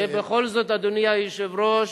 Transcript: ובכל זאת, אדוני היושב-ראש,